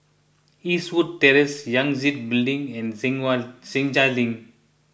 Eastwood Terrace Yangtze Building and Senja Link